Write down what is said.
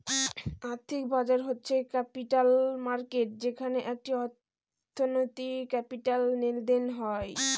আর্থিক বাজার হচ্ছে ক্যাপিটাল মার্কেট যেখানে একটি অর্থনীতির ক্যাপিটাল লেনদেন হয়